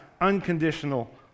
unconditional